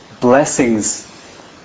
blessings